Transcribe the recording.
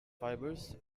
fibers